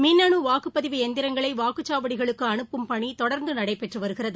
மின்னணுவாக்குப்பதிவு எந்திரங்களைவாக்குச் சாவடிகளுக்குஅனுப்பும் பளிதொடர்ந்துநடைபெற்றுவருகிறது